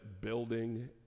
Building